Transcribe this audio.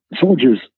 soldiers